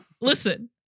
listen